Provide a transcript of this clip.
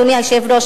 אדוני היושב-ראש,